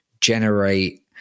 generate